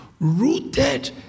rooted